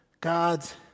God's